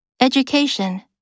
Education